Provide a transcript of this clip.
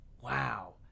wow